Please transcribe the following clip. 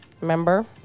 Remember